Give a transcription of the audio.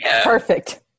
Perfect